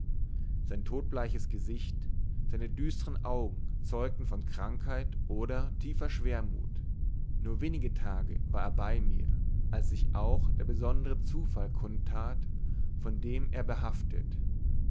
sein todbleiches gesicht seine düstern augen zeugten von krankheit oder tiefer schwermut nur wenige tage war er bei mir als sich auch der besondere zufall kund tat von dem er behaftet